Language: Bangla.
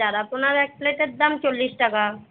চারাপোনার এক প্লেটের দাম চল্লিশ টাকা